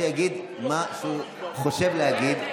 שיגיד מה שהוא חושב להגיד.